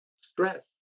stress